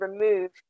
remove